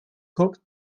guckt